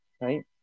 Right